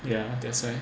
ya that's why